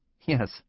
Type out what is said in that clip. Yes